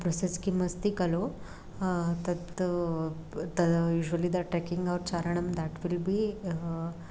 process किम् अस्ति खलु तत् तत् यूज्वलि द ट्रेकिङ्ग् और् चारणं दाट् विल् बि